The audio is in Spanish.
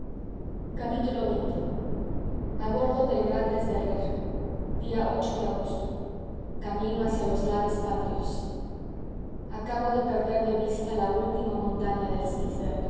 muertos xx a bordo del grande esberrer día de agosto camino hacia los lares patrios acabo de perder de vista la última montaña del